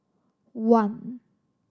one